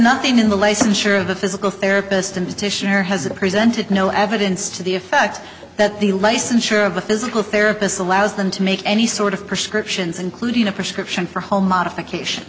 nothing in the licensure of the physical therapist and petitioner has presented no evidence to the effect that the licensure of the physical therapist allows them to make any sort of prescriptions including a prescription for home modification